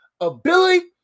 ability